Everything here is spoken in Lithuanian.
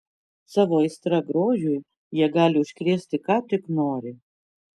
savo aistra grožiui jie gali užkrėsti ką tik nori